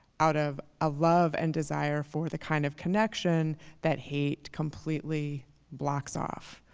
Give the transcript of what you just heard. out of a love and desire for the kind of connection that hate completely blocks off.